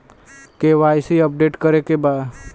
KYC update करे के बा?